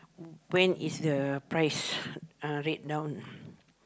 when is the price uh rate now